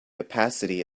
opacity